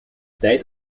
tijd